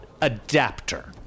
adapter